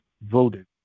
voted